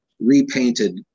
repainted